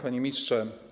Panie Ministrze!